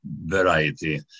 variety